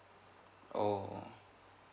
oh